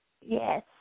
Yes